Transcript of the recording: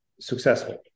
successful